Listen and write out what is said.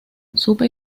supe